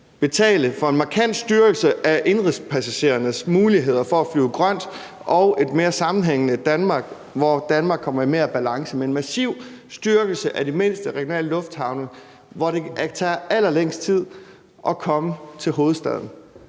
betale for en markant styrkelse af indenrigspassagerernes mulighed for at flyve grønt og et mere sammenhængende Danmark, hvor Danmark kommer mere i balance. Det er en massiv styrkelse af de mindste regionale lufthavne, hvor det tager allerlængst tid at komme til hovedstaden